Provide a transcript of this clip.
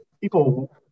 People